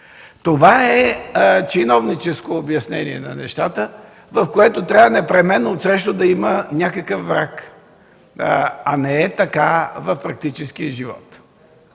Това е чиновническо обяснение на нещата, в което отсреща непременно трябва да има някакъв враг, а не е така в практическия живот.